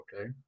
okay